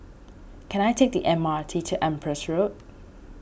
can I take the M R T to Empress Road